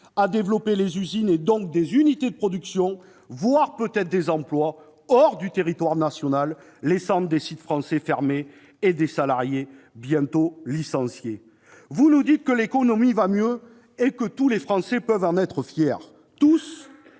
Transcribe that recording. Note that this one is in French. à développer des usines et donc des unités de production, voire peut-être des emplois, hors du territoire national, laissant des sites français fermer et des salariés être bientôt licenciés. Vous nous dites que l'économie va mieux et que tous les Français peuvent en être fiers. Tous